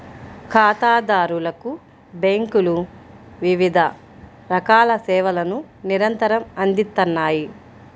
ఖాతాదారులకు బ్యేంకులు వివిధ రకాల సేవలను నిరంతరం అందిత్తన్నాయి